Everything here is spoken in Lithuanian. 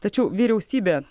tačiau vyriausybė